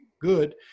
good